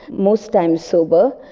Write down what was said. most times sober,